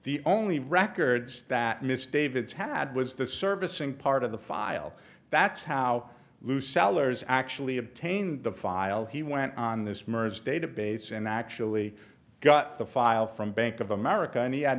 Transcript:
the only records that miss david's had was the servicing part of the file that's how lou sellers actually obtained the file he went on this merge database and actually got the file from bank of america and he had